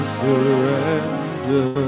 surrender